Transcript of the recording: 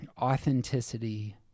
Authenticity